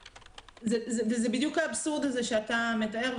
וזה בדיוק האבסורד הזה שאתה מתאר,